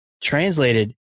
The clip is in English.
translated